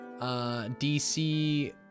DC